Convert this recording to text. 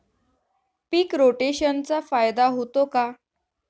पीक रोटेशनचा फायदा होतो का?